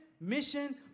mission